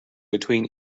between